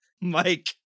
Mike